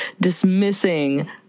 dismissing